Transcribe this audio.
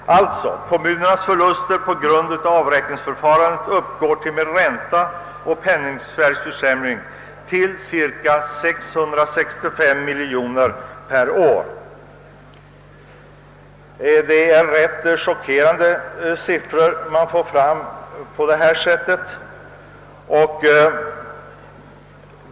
Kommunernas förluster på grund av avräkningsförfarandet uppgår alltså med hänsyn till ränta och penningvärdeförsämringen till cirka 665 miljoner per år. Det är rätt chockerande siffror som kommer fram när man undersöker saken.